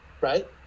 right